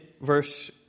verse